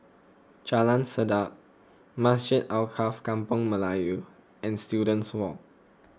Jalan Sedap Masjid Alkaff Kampung Melayu and Students Walk